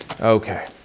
Okay